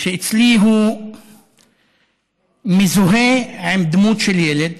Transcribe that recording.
שאצלי הוא מזוהה עם דמות של ילד